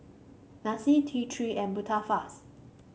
Pansy T Three and Tubifast